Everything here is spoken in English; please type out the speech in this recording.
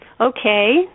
okay